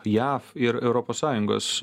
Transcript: jav ir europos sąjungos